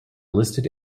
listed